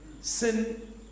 sin